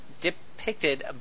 depicted